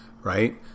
right